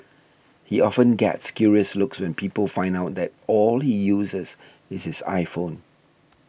he often gets curious looks when people find out that all he uses is his iPhone